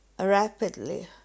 rapidly